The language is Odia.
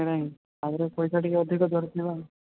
ହେଲା କି ତା'ପରେ ପଇସା ଟିକେ ଅଧିକ ଧରିଥିବା